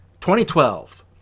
2012